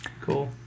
Cool